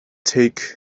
take